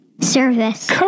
Service